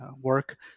work